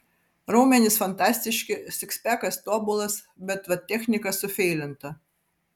raumenys fantastiški sikspekas tobulas bet vat technika sufeilinta